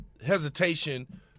Hesitation